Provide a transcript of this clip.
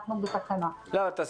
אנחנו בתקנה.